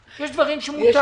יש דברים שמותר.